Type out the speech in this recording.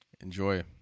Enjoy